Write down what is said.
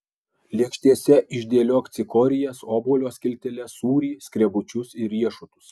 lėkštėse išdėliok cikorijas obuolio skilteles sūrį skrebučius ir riešutus